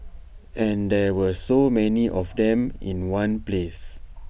and there were so many of them in one place